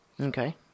Okay